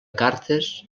cartes